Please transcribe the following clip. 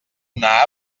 una